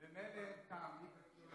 ממילא תשובות לא מקבלים.